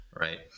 right